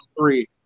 three